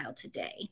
today